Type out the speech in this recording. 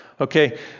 Okay